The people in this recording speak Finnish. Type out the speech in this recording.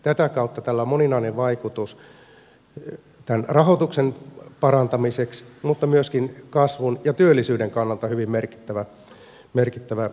tätä kautta tällä on moninainen vaikutus tämän rahoituksen parantamiseksi mutta myöskin kasvun ja työllisyyden kannalta hyvin merkittävä merkitys